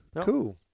Cool